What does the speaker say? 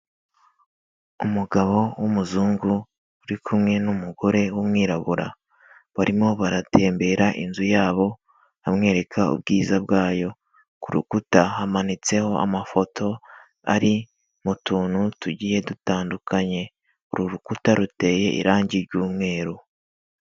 Umugabo w'umuzungu uri kumwe n'umugore w'umwirabura, barimo baratembera inzu yabo amwereka ubwiza bwayo, ku rukuta hamanitseho amafoto ari mu tuntu tugiye dutandukanye, uru rukuta ruteye irangi ry'umweru.